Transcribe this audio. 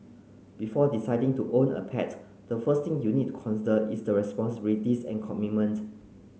before deciding to own a pet the first thing you need to consider is the responsibilities and commitment